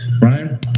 Ryan